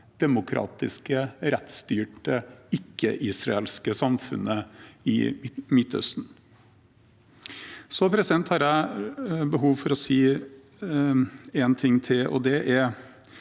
demokratiske, rettsstyrte, ikke-israelske samfunnet i Midtøsten. Så har jeg behov for å si én ting til, som ikke